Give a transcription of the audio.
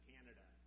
Canada